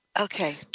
Okay